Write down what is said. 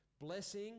Blessing